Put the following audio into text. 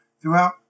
throughout